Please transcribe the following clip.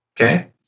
Okay